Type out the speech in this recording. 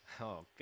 Okay